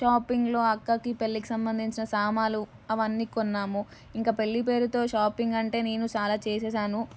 షాపింగ్లో అక్కకి పెళ్ళికి సంబంధించిన సామాన్లు అవన్నీ కొన్నాము ఇంకా పెళ్ళి పేరుతో షాపింగ్ అంటే నేను చాలా చేసేసాను